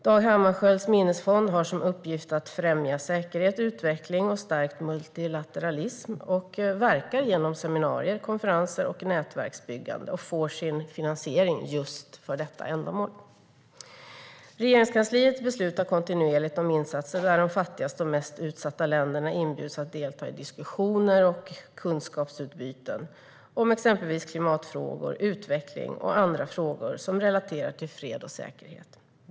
Dag Hammarskjölds Minnesfond har som uppgift att främja säkerhet, utveckling och stärkt multilateralism och verkar genom seminarier, konferenser och nätverksbyggande och får sin finansiering just för detta ändamål. Regeringskansliet beslutar kontinuerligt om insatser där de fattigaste och mest utsatta länderna inbjuds att delta i diskussioner och kunskapsutbyten om exempelvis klimatfrågor, utveckling och andra frågor som relaterar till fred och säkerhet.